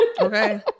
Okay